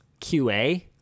QA